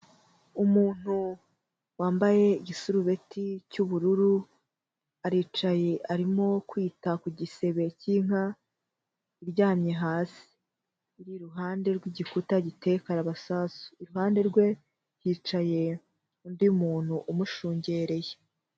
Umuntu wambaye igisurubeti cy'ubururu aricaye arimo kwita ku gisebe cy'inka iryamye hasi iri iruhande rw'igikuta giteye karabasasu, iruhande rwe hicaye undi muntu umushungereye.